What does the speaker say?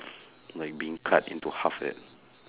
like being cut into half like that